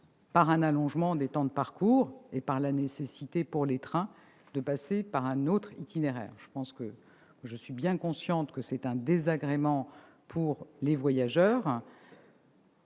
par un allongement des temps de parcours et par la nécessité pour les trains d'emprunter un autre itinéraire. Je suis bien consciente du désagrément causé aux voyageurs,